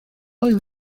oedd